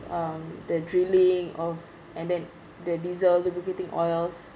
um the drilling of and then the diesel lubricating oils